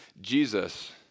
Jesus